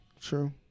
True